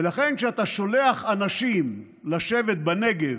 ולכן כשאתה שולח אנשים לשבת בנגב,